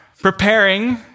preparing